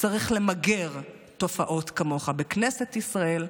צריך למגר תופעות כמוך מכנסת ישראל,